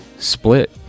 split